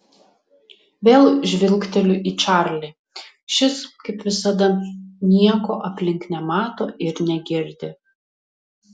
vėl žvilgteliu į čarlį šis kaip visada nieko aplink nemato ir negirdi